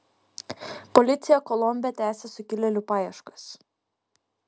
policija kolombe tęsia sukilėlių paieškas